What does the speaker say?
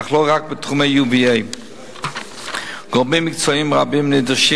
אך לא רק בתחומי UVA. גורמים מקצועיים רבים נדרשים